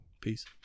Peace